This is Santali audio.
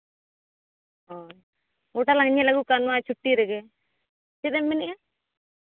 ᱦᱳᱭ ᱜᱚᱴᱟ ᱞᱟᱝ ᱧᱮᱞ ᱟᱹᱜᱩ ᱠᱚᱜᱼᱟ ᱱᱚᱣᱟ ᱪᱷᱩᱴᱴᱤ ᱨᱮᱜᱮ ᱪᱮᱫ ᱮᱢ ᱢᱮᱱᱮᱜᱼᱟ